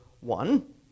one